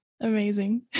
Amazing